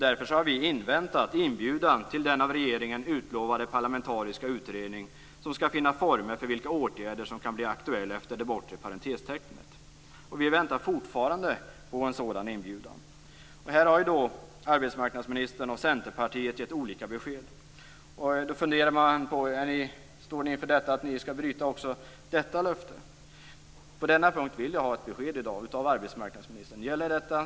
Därför har vi också inväntat inbjudan till den av regeringen utlovade parlamentariska utredning som skall finna former för vilka åtgärder som kan bli aktuella efter det bortre parentestecknet. Vi väntar fortfarande på en sådan inbjudan. Arbetsmarknadsministern och Centerpartiet har gett olika besked om detta. Man funderar på om de står inför att bryta också detta löfte. Jag vill ha ett besked i dag av arbetsmarknadsministern på denna punkt. Gäller detta?